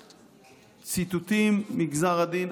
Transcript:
הציטוטים מגזר הדין,